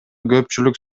көпчүлүк